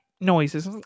noises